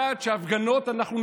מצעד הדגלים זה אנשים משיחיים,